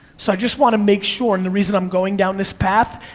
so i just wanna make sure, and the reason i'm going down this path,